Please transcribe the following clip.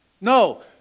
No